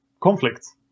conflicts